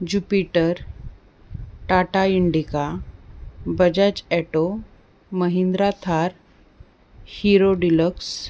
Jupiter Tata Indica Bajaj auto Mahindra Thar Hero deluxe